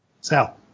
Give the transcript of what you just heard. Sal